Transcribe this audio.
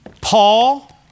Paul